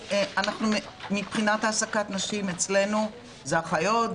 מבחינת העסקת נשים אצלנו זה אחיות,